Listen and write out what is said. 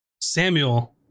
Samuel